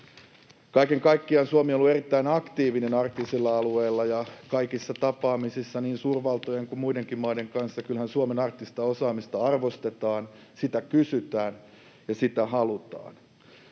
Kaiken kaikkiaan Suomi on ollut erittäin aktiivinen arktisilla alueilla ja kaikissa tapaamisissa niin suurvaltojen kuin muidenkin maiden kanssa. Kyllähän Suomen arktista osaamista arvostetaan, sitä kysytään ja sitä halutaan.